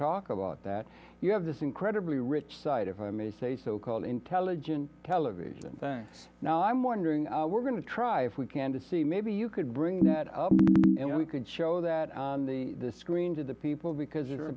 talk about that you have this incredibly rich site if i may say so called intelligent television now i'm wondering are we're going to try if we can to see maybe you could bring that up and we could show that on the screen to the people because it